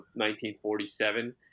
1947